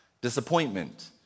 Disappointment